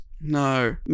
No